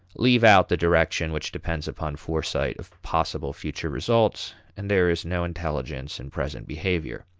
leave out the direction which depends upon foresight of possible future results, and there is no intelligence in present behavior.